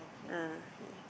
ah yes